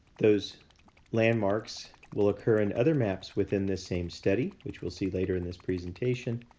those landmarks will occur in other maps within the same study, which we'll see later in this presentation.